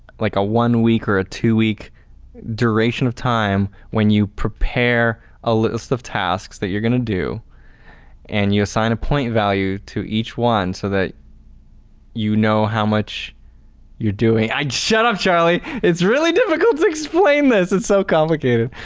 like a one week or a two week duration of time when you prepare a list of tasks that you're going to do and you assign a point value to each one so that you know how much you're doing. shut up charlie. it's really difficult to explain this it's so complicated.